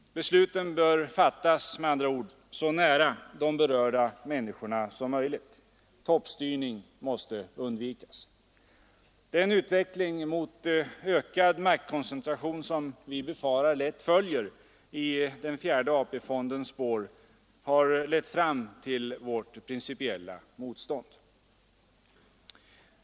Besluten bör med andra ord fattas så nära de berörda människorna som möjligt. Toppstyrning måste undvikas. Den utveckling mot ökad maktkoncentration som vi befarar lätt följer i den fjärde AP-fondens spår har lett fram till vårt principiella motstånd.